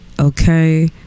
Okay